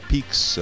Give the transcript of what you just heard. Peaks